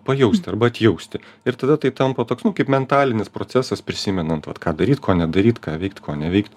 pajausti arba atjausti ir tada tai tampa toks nu kaip mentalinis procesas prisimenant vat ką daryt ko nedaryt ką veikt ko neveikt